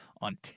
on